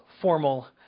formal